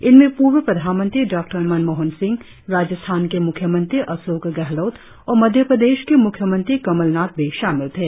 इनमें पूर्व प्रधानमंत्री डॉक्टर मनमोहन सिंह राजस्थान के मुख्यमंत्री अशोक गहलोत और मध्य प्रदेश के मुख्यमंत्री कमलनाथ भी शामिल थे